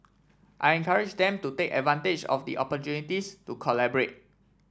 I encourage them to take advantage of the opportunities to collaborate